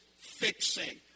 fixing